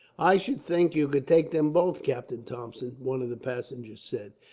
i should think you could take them both, captain thompson, one of the passengers said.